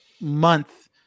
month